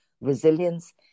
resilience